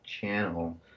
channel